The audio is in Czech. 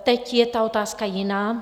Teď je ta otázka jiná.